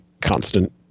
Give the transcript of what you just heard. constant